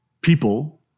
people